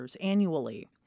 annually